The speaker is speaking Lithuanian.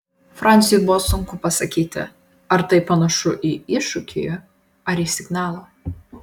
franciui buvo sunku pasakyti ar tai panašu į iššūkį ar į signalą